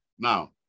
Now